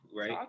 Right